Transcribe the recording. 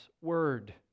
word